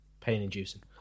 pain-inducing